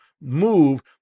move